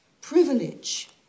privilege